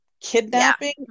kidnapping